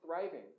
thriving